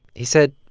he said,